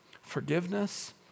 forgiveness